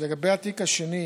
לגבי התיק השני,